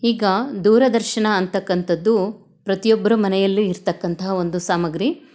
ಈಗ ದೂರದರ್ಶನ ಅಂತಕ್ಕಂಥದ್ದು ಪ್ರತಿಯೊಬ್ಬರ ಮನೆಯಲ್ಲಿ ಇರತಕ್ಕಂತಹ ಒಂದು ಸಾಮಗ್ರಿ